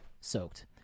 soaked